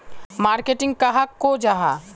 Marketing कहाक को जाहा?